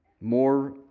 more